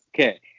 okay